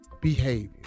behavior